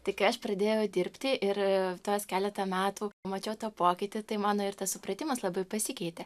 tai kai aš pradėjau dirbti ir tuos keletą metų mačiau tą pokytį tai mano ir tas supratimas labai pasikeitė